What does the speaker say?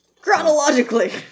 Chronologically